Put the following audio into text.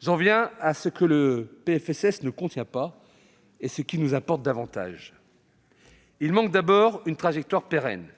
J'en viens à ce que ce PLFSS ne contient pas, et qui nous importe davantage. Il manque d'abord une trajectoire pérenne,